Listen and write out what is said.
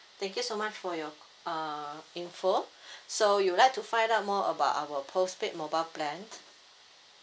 thank you so much for your c~ uh info so you would like to find out more about our postpaid mobile plan